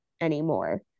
anymore